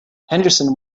henderson